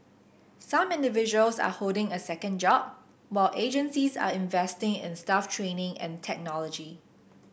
some individuals are holding a second job while agencies are investing in staff training and technology